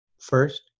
First